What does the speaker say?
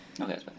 Okay